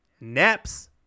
Naps